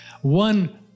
One